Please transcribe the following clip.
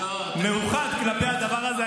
מאוחד כלפי הדבר הזה.